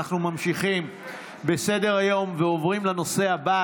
אנחנו ממשיכים בסדר-היום ועוברים לנושא הבא,